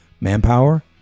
manpower